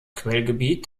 quellgebiet